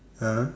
(uh huh)